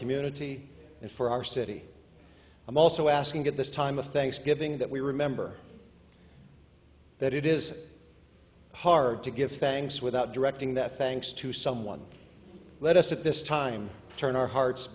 community and for our city i'm also asking at this time of thanksgiving that we remember that it is hard to give thanks without directing that thanks to someone let us at this time turn our hearts